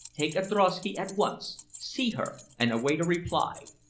take a drosky at once, see her, and await a reply.